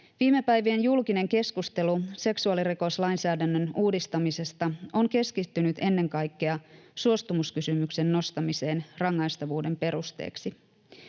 Viime päivien julkinen keskustelu seksuaalirikoslainsäädännön uudistamisesta on keskittynyt ennen kaikkea suostumuskysymyksen nostamiseen rangaistavuuden perusteeksi.